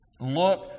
Look